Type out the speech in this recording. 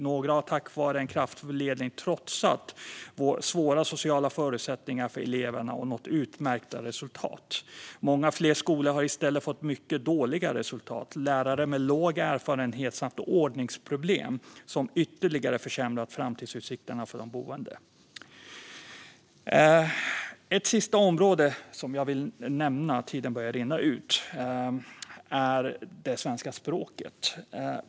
Några har tack vare en kraftfull ledning trotsat svåra sociala förutsättningar för eleverna och nått utmärkta resultat. Många fler skolor har i stället fått mycket dåliga resultat, lärare med låg erfarenhet samt ordningsproblem som ytterligare försämrat framtidsutsikterna för de boende. Tiden börjar rinna ut, och ett sista område som jag vill nämna är det svenska språket.